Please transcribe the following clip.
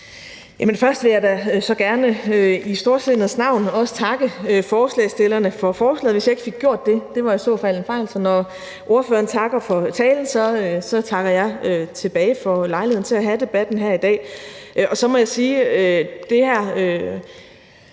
først vil jeg da gerne i storsindets navn også takke forslagsstillerne for forslaget, hvis jeg ikke fik gjort det. Det var i så fald en fejl, så når ordføreren takker for talen, takker jeg tilbage for lejligheden til at have debatten her i dag.